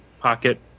pocket